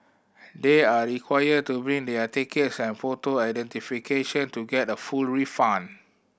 they are required to bring their tickets and photo identification to get a full refund